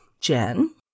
Jen